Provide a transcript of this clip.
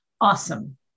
Awesome